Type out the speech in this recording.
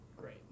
Great